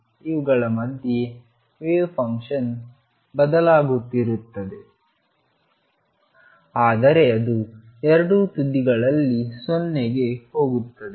ಇವುಗಳ ಮಧ್ಯೆ wave function ಬದಲಾಗುತ್ತಿರುತ್ತದೆ ಆದರೆ ಅದು ಎರಡು ತುದಿಗಳಲ್ಲಿ 0 ಕ್ಕೆ ಹೋಗುತ್ತದೆ